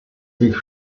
sich